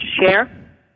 share